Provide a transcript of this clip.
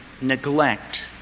neglect